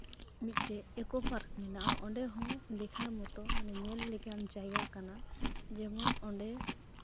ᱢᱤᱫᱴᱮᱡ ᱤᱠᱳ ᱯᱟᱨᱠ ᱢᱮᱱᱟᱜᱼᱟ ᱚᱸᱰᱮ ᱦᱚᱸ ᱫᱮᱠᱷᱟᱨ ᱢᱚᱛᱳ ᱢᱟᱱᱮ ᱧᱮᱞ ᱞᱮᱠᱟᱱ ᱡᱟᱭᱜᱟ ᱠᱟᱱᱟ ᱡᱮᱢᱚᱱ ᱚᱸᱰᱮ